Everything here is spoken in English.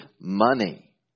money